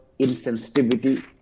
insensitivity